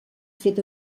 fet